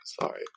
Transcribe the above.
sorry